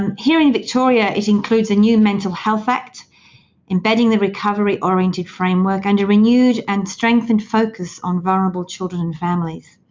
um here in victoria, it includes a new mental health act embedding the recovery-oriented framework under under renewed and strengthened focus on vulnerable children and families.